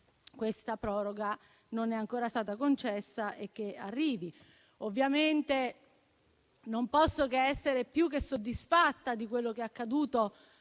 questa proroga non è ancora stata concessa e auspico che arrivi. Non posso che essere più che soddisfatta di quello che è accaduto